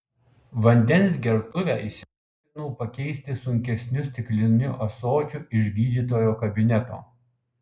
vandens gertuvę įsigudrinau pakeisti sunkesniu stikliniu ąsočiu iš gydytojo kabineto